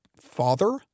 father